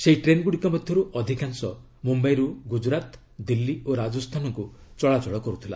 ସେହି ଟ୍ରେନ୍ଗୁଡ଼ିକ ମଧ୍ୟରୁ ଅଧିକାଂଶ ମୁମ୍ୟାଇରୁ ଗୁକ୍ତୁରାତ ଦିଲ୍ଲୀ ଓ ରାଜସ୍ଥାନକୁ ଚଳାଚଳ କରୁଥିଲା